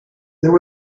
there